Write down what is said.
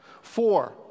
Four